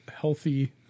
healthy